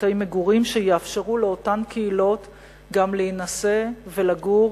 בתי מגורים שיאפשרו לאותן קהילות גם להינשא ולגור,